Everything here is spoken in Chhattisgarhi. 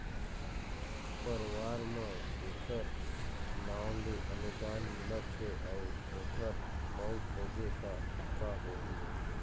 परवार म जेखर नांव ले अनुदान मिलत हे अउ ओखर मउत होगे त का होही?